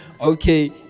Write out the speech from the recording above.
okay